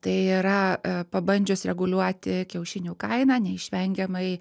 tai yra pabandžius reguliuoti kiaušinių kainą neišvengiamai